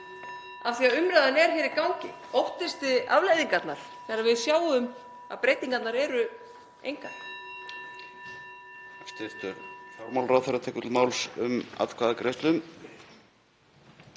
hringir.) umræðan er í gangi. Óttist þið afleiðingarnar þegar við sjáum að breytingarnar eru engar?